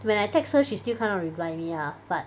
when I text her she still kind of reply me ah but